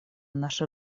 наших